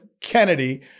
Kennedy